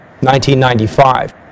1995